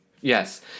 Yes